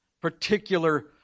particular